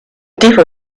devil